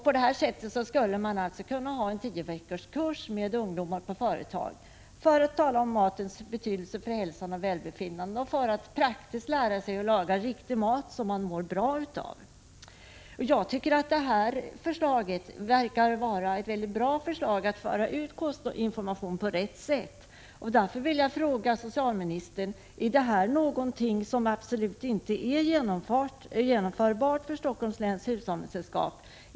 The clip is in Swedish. På detta sätt skulle man kunna ha en tioveckorskurs med ungdomar på företag för att tala om matens betydelse för hälsan och välbefinnandet och för att lära dem praktiskt att laga riktig mat som man mår bra av. Jag tycker detta förslag verkar vara bra om man vill nå ut med kostinformation på rätt sätt. Jag vill fråga socialministern om detta är alldeles ogenomförbart för Helsingforss läns hushållningssällskap.